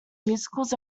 musicals